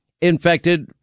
infected